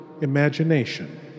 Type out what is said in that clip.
imagination